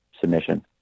submission